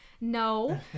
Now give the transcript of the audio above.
no